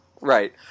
Right